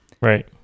Right